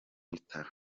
bitaro